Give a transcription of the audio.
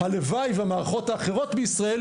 הלוואי והמערכות האחרות בישראל,